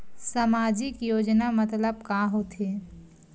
सामजिक योजना मतलब का होथे?